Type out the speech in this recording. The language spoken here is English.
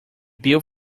bill